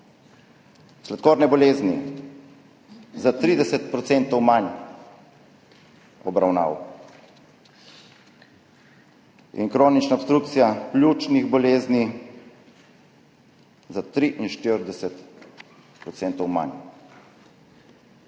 sladkorne bolezni za 30 % manj obravnav in kronična obstrukcija pljučnih bolezni za 43 % manj.